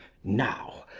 now,